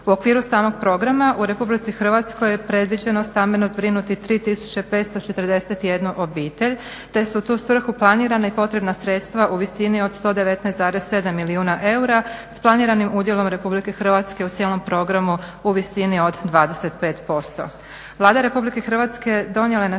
U okviru samog programa u Republici Hrvatskoj je predviđeno stambeno zbrinuti 3541 obitelj te su u tu svrhu planirana i potrebna sredstva u visini od 119,7 milijuna eura s planiranim udjelom Republike Hrvatske u cijelom programu u visini od 25%.